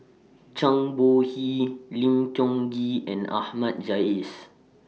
Zhang Bohe Lim Tiong Ghee and Ahmad Jais